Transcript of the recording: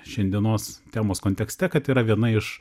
šiandienos temos kontekste kad yra viena iš